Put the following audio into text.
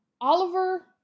Oliver